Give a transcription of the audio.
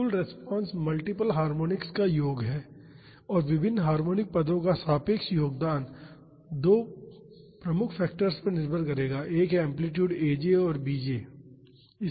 कुल response multiple harmonics का योग है और विभिन्न हार्मोनिक पदों का सापेक्ष योगदान 2 प्रमुख फैक्टर्स पर निर्भर करेगा एक है एम्पलीटूड aj और bj है